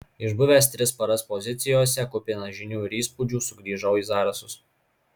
išbuvęs tris paras pozicijose kupinas žinių ir įspūdžių sugrįžau į zarasus